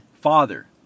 Father